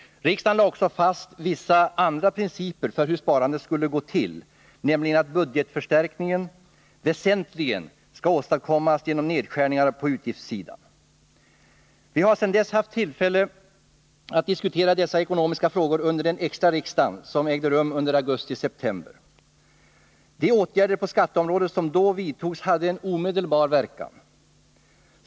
Riksdagen lade också fast vissa andra principer för hur sparandet skulle gå till, nämligen att budgetförstärkningen väsentligen skall åstadkommas genom nedskärningar på utgiftssidan. Vi har sedan dess haft tillfälle att diskutera dessa ekonomiska frågor under det extra riksmöte som ägde rum under augusti-september. De åtgärder på skatteområdet som då vidtogs hade en omedelbar verkan.